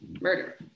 Murder